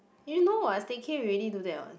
you know what stay cay we already do that what